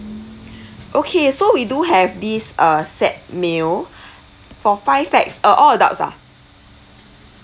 okay so we do have this uh set meal for five pax uh all adults ah